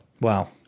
Wow